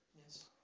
Yes